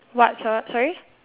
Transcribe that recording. what sor~ sorry